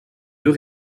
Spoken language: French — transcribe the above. deux